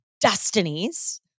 destinies